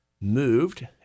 moved